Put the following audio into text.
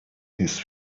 his